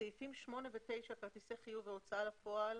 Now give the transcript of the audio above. סעיפים 8 ו-9, כרטיסי חיוב והוצאה לפועל,